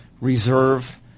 reserve